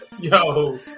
Yo